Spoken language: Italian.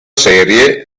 serie